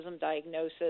diagnosis